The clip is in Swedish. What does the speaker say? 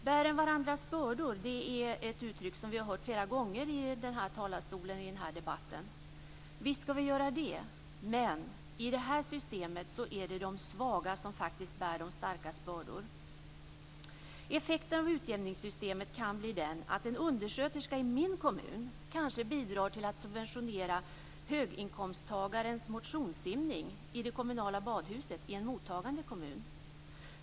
Bären varandras bördor är ett uttryck som vi har hört flera gånger från talarstolen i denna debatt. Visst skall vi göra det, men i det här systemet är det de svaga som faktiskt bär de starkas bördor. Effekten av utjämningssystemet kan bli den att en undersköterska i min kommun kanske bidrar till att subventionera höginkomsttagarens motionssimning i det kommunala badhuset i en mottagande kommun.